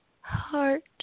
Heart